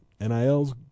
NIL's